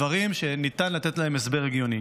דברים שניתן לתת להם הסבר הגיוני.